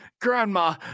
grandma